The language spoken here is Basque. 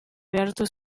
behartu